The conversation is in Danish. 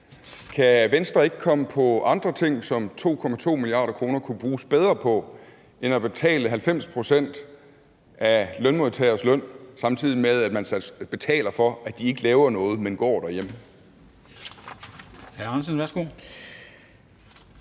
Kan Venstre ikke komme på andre ting, som 2,2 mia. kr. kunne bruges bedre på, end at betale 90 pct. af lønmodtageres løn, samtidig med at man betaler for, at de ikke laver noget, men går derhjemme?